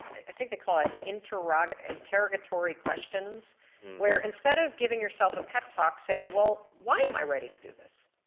i think they call it interrogatory interrogatory questions where instead of giving yourself a pep talk say, well why i'm i ready to do this?